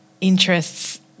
interests